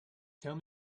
tell